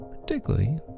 particularly